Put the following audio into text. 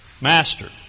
Master